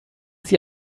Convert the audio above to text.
sie